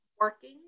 working